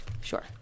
sure